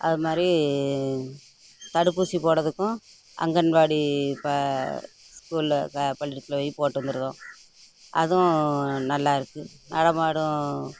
அது மாதிரி தடுப்பூசி போடறதக்கும் அங்கன்வாடி ப ஸ்கூலில் க பள்ளிக் கூடத்தில் போய் போட்டு வந்துடுறோம் அதுவும் நல்லாயிருக்கு நடமாடும்